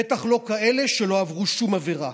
בטח לא כאלה שלא עברו שום עבירה.